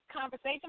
conversation